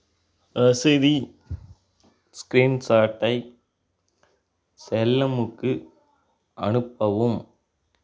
ரசீதின் ஸ்கிரீன்ஷாட்டை செல்லமுக்கு அனுப்பவும்